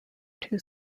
two